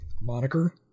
moniker